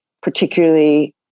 particularly